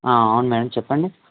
అవును మేడం చెప్పండి